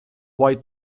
wild